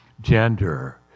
Gender